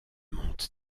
monte